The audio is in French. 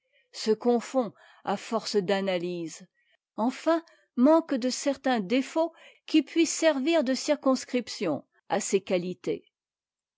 d'impartialité se confondra force d'analyse enfin manque de certains défauts qui puissent servir de circonscription a ses qualités